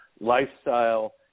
lifestyle